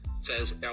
says